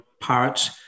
parts